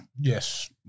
Yes